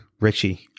Richie